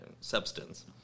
substance